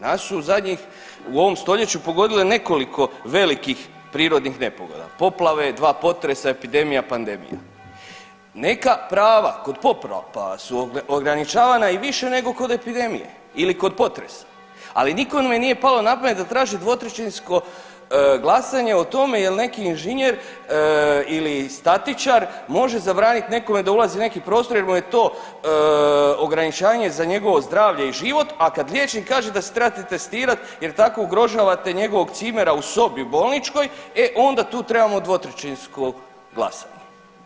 Nas su u ovom stoljeću pogodile nekoliko veliki prirodnih nepogoda, poplave, dva potresa, epidemija, pandemija neka prava kod … ograničavana i više nego kod epidemije ili kod potresa, ali nikome nije palo na pamet da traži dvotrećinsko glasanje o tome jel neki inženjer ili statičar može zabraniti nekome da ulazi u neki prostor jer mu je to ograničavanje za njegovo zdravlje i život, a kad liječnik kaže da se trebate testirat jer tako ugrožavate njegovog cimera u sobi bolničkoj e onda tu trebamo dvotrećinsko glasanje.